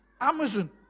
Amazon